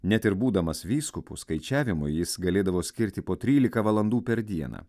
net ir būdamas vyskupu skaičiavimui jis galėdavo skirti po trylika valandų per dieną